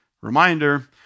reminder